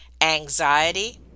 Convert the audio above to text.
anxiety